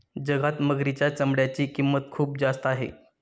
जगात मगरीच्या चामड्याची किंमत खूप जास्त आहे